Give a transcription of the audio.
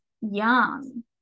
young